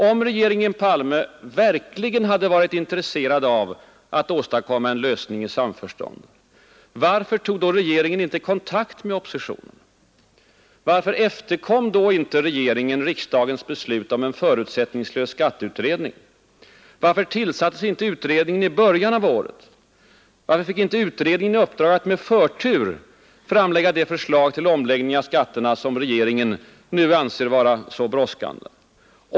Om regeringen Palme verkligen hade varit intresserad av att åstadkomma en lösning i samförstånd, varför tog regeringen då inte kontakt med oppositionen? Varför efterkom då inte regeringen riksdagens beslut om en förutsättningslös skatteutredning? Varför tillsattes inte utredningen i början av året? Varför fick inte utredningen i uppdrag att med förtur utarbeta de förslag till omläggning av skatterna som regeringen nu anser vara så brådskande?